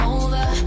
over